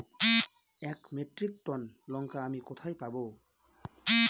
এক metric ton লঙ্কা আমি কোথায় পাবো?